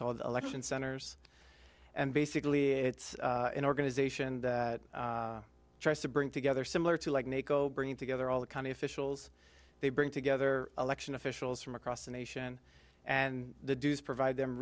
called election centers and basically it's an organization that tries to bring together similar to like neko bringing together all the county officials they bring together election officials from across the nation and the dues provide them